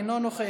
אינו נוכח,